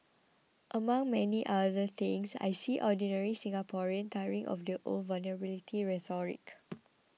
among many other things I see ordinary Singaporean tiring of the old vulnerability rhetoric